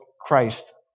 Christ